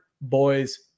Boys